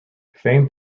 famed